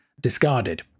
discarded